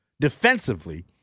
defensively